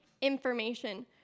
information